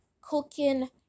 cooking